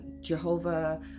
Jehovah